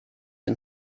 and